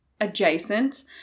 adjacent